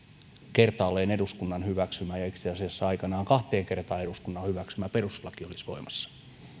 kertaalleen eduskunnan hyväksymä ja itse asiassa aikanaan kahteen kertaan eduskunnan hyväksymä perustuslaki olisi voimassa